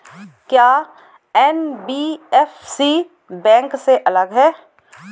क्या NBFC bank से अलग है?